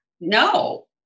No